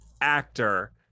actor